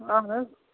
اہن حظ